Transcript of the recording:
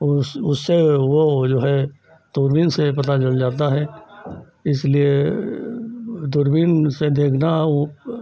और उस उससे वह जो है दूरबीन से पता चल जाता है इसलिए दूरबीन से देखना